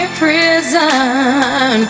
prison